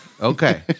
okay